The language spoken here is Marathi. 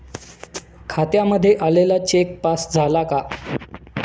खात्यामध्ये आलेला चेक पास झाला का?